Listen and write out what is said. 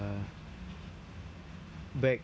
back